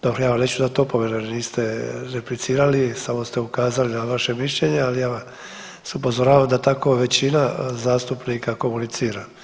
Dobro, ja vam neću dati opomenu jer niste replicirali, samo ste ukazali na vaše mišljenje, ali ja vas upozoravam da tako većina zastupnika komunicira.